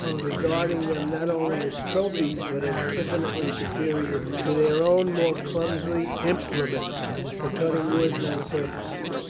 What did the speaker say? regarding them not only as trophies but as infinitely superior to their own more clumsy implements for cutting wood and other purposes.